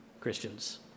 Christians